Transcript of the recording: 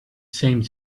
same